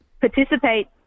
participate